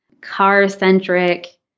car-centric